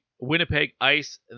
Winnipeg-Ice